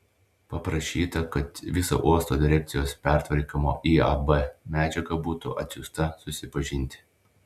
paprašyta kad visa uosto direkcijos pertvarkymo į ab medžiaga būtų atsiųsta susipažinti